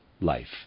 life